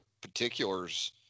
particulars